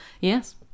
Yes